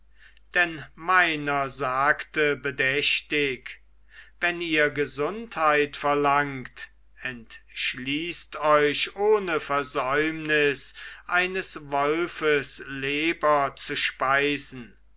denn meiner sagte bedächtig wenn ihr gesundheit verlangt entschließt euch ohne versäumnis eines wolfes leber zu speisen